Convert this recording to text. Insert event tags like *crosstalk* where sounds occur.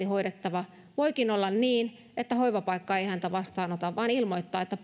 *unintelligible* hoidettava voikin olla niin että hoivapaikka ei häntä vastaanota vaan ilmoittaa että *unintelligible*